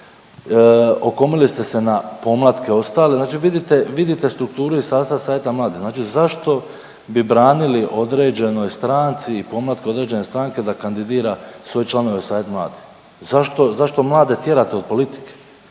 okomili ste se na pomlatke ostale, znači vidite, vidite strukturu i sastav savjeta mladih, znači zašto bi branili određenoj stranci i pomlatku određene stranke da kandidira svoje članove u savjet mladih? Zašto, zašto mlade tjerate od politike?